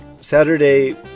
Saturday